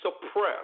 suppress